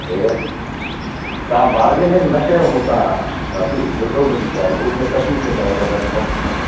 अरे तव्हां बार्गेनिंग न कयो मूंसां दादी ॿुधो मुंहिंजी ॻाल्हि उहो बि सठि ई थींदव उनमें घटि कोन्ह थींदव